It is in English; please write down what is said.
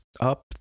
up